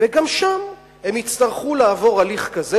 וגם שם הם יצטרכו לעבור הליך כזה,